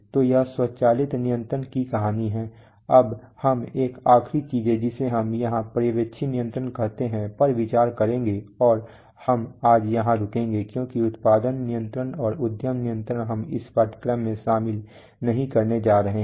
तो यह स्वचालित नियंत्रण की कहानी है अब हम एक आखिरी चीज जिसे हम यहां पर्यवेक्षी नियंत्रण कहते हैं पर विचार करेंगे और हम आज यहां रुकेंगे क्योंकि उत्पादन नियंत्रण और उद्यम नियंत्रण हम इस पाठ्यक्रम में शामिल नहीं करने जा रहे हैं